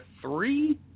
three